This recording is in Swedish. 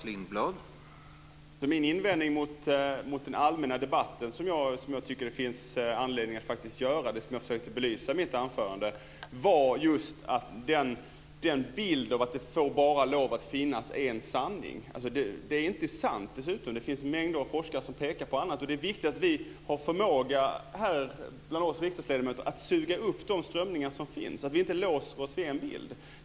Herr talman! Den invändning mot den allmänna debatten som jag tycker att det finns anledning att göra, som jag försökte belysa i mitt anförande, är just att det ges en bild av att det bara får finnas en sanning. Det är dessutom inte sant. Det finns mängder av forskare som pekar på annat. Det är viktigt att vi riksdagsledamöter har förmåga att suga upp de strömningar som finns och inte låser oss vid en bild.